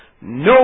no